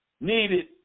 needed